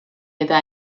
eta